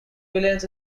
villains